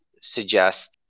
suggest